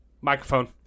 Microphone